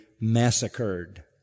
massacred